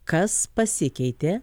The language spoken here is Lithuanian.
kas pasikeitė